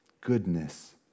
goodness